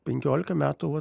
penkiolika metų vat